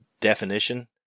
definition